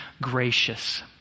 gracious